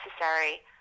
necessary